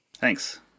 Thanks